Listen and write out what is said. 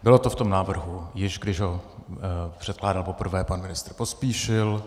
Bylo to v tom návrhu, již když ho předkládal pan ministr Pospíšil.